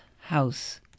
house